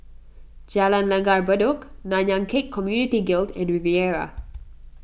Jalan Langgar Bedok Nanyang Khek Community Guild and Riviera